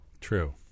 True